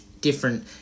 different